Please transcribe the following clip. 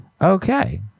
Okay